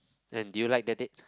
and did you like the date